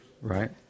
right